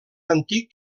antic